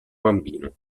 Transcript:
bambino